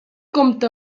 compta